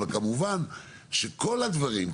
אבל כמובן שכל הדברים,